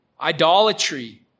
idolatry